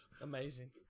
Amazing